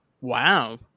Wow